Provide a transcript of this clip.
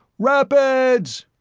rapids!